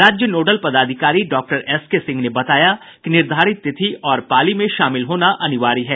राज्य नोडल पदाधिकारी doctor S K Singh ने बताया कि निर्धारित तिथि और पाली में शामिल होना अनिवार्य है